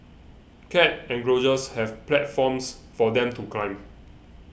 cat enclosures have platforms for them to climb